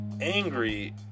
angry